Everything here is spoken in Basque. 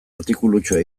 artikulutxoa